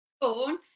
born